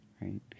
right